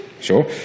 Sure